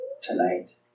tonight